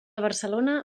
barcelona